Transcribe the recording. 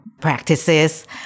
practices